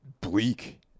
bleak